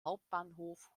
hauptbahnhof